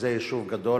שזה יישוב גדול,